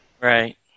Right